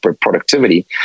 productivity